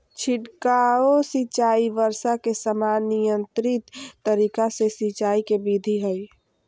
छिड़काव सिंचाई वर्षा के समान नियंत्रित तरीका से सिंचाई के विधि हई